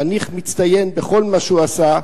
חניך מצטיין בכל מה שהוא עשה,